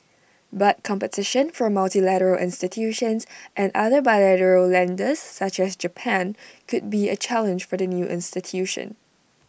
but competition from multilateral institutions and other bilateral lenders such as Japan could be A challenge for the new institution